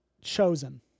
chosen